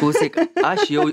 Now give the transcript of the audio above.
klausyk aš jau